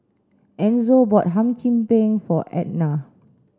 Enzo bought Hum Chim Peng for Etna